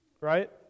Right